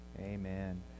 Amen